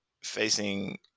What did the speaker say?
facing